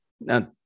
Now